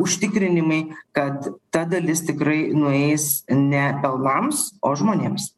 užtikrinimai kad ta dalis tikrai nueis ne pelnams o žmonėms